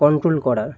control করার